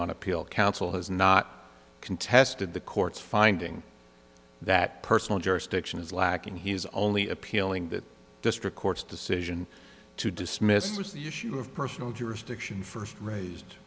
on appeal counsel has not contested the court's finding that personal jurisdiction is lacking he is only appealing that district court's decision to dismiss which the issue of personal jurisdiction first raised